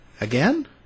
again